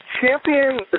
champion